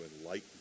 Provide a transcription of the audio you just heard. enlighten